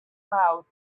miles